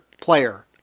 player